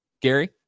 Gary